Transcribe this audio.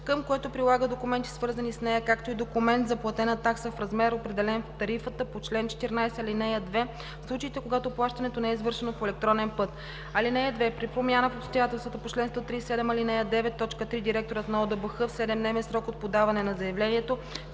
към което прилага документи, свързани с нея, както и документ за платена такса в размер, определен в тарифата по чл. 14, ал. 2 в случаите, когато плащането не е извършено по електронен път. (2) При промяна в обстоятелствата по чл. 137, ал. 9, т. 3 директорът на ОДБХ в 7-дневен срок от подаване на заявлението